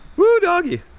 whoo doggy,